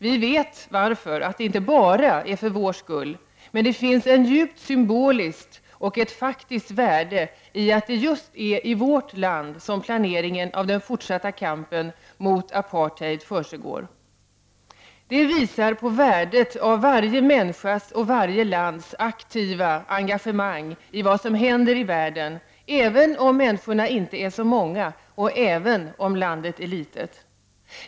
Vi vet varför — det är ju inte bara för vår skull. Men det finns ett djupt symboliskt och faktiskt värde i att det är just i vårt land som planeringen av den fortsatta kampen mot apartheid försiggår. Det visar på värdet av varje människas och varje lands aktiva engagemang i vad som händer i världen, även om människorna inte är så många och även om landet är litet.